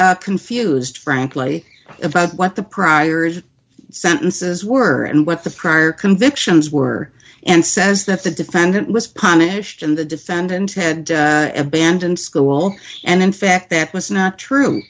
very confused frankly about what the priors sentences were and what the prior convictions were and says that the defendant was punished and the defendant had abandoned school and in fact that was not true